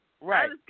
Right